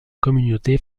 communauté